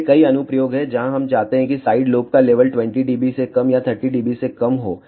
ऐसे कई अनुप्रयोग हैं जहाँ हम चाहते हैं कि साइड लोब का लेवल 20 dB से कम या 30 dB से कम हो